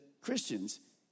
Christians